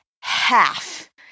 half